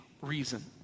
reason